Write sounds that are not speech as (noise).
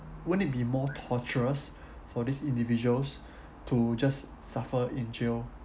wouldn't it be more torturous (breath) for these individuals (breath) to just suffer in jail